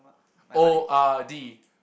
O_R_D